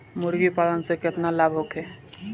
मुर्गीपालन से केतना लाभ होखे?